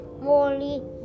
Molly